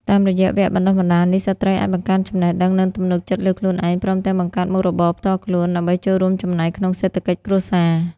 តាមរយៈវគ្គបណ្ដុះបណ្ដាលនេះ ស្ត្រីអាចបង្កើនចំណេះដឹង និងទំនុកចិត្តលើខ្លួនឯង ព្រមទាំងបង្កើតមុខរបរផ្ទាល់ខ្លួន ដើម្បីចូលរួមចំណែកក្នុងសេដ្ឋកិច្ចគ្រួសារ។